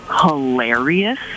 hilarious